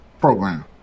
program